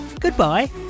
goodbye